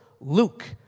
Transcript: Luke